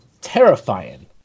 terrifying